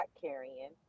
carrying